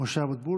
משה אבוטבול.